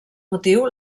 motiu